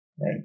right